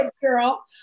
girl